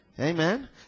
Amen